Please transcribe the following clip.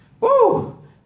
Woo